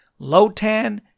Lotan